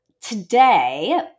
Today